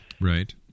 Right